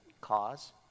cause